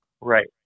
Right